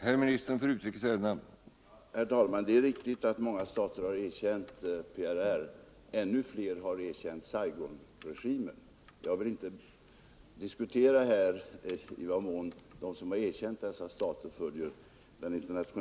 här punkten.